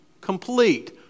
complete